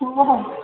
हो हो